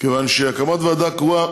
כיוון שוועדה קרואה